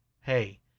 hey